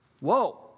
Whoa